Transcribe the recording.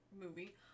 movie